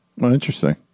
Interesting